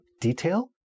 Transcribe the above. detail